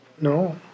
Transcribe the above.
No